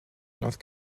north